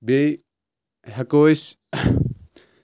بیٚیہِ ہٮ۪کو أسۍ